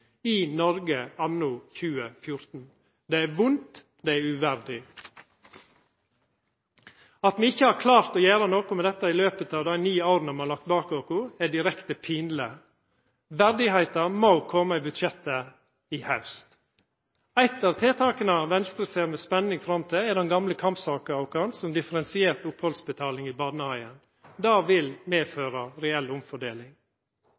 i Noreg anno 2014. Det er vondt, det er uverdig. At me ikkje har klart å gjera noko med dette i løpet av dei ni åra me har lagt bak oss, er direkte pinleg. Verdigheita må koma i budsjettet i haust. Eit av tiltaka Venstre ser fram til med spenning, er den gamle kampsaka vår, differensiert opphaldsbetaling i barnehagen. Det vil medføra reell omfordeling.